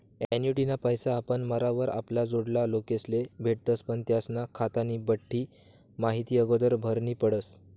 ॲन्युटीना पैसा आपण मरावर आपला जोडला लोकेस्ले भेटतस पण त्यास्ना खातानी बठ्ठी माहिती आगोदर भरनी पडस